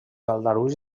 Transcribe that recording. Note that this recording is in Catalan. aldarulls